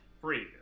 free